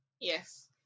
Yes